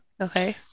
okay